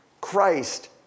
Christ